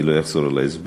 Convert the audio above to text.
ואני לא אחזור על ההסבר,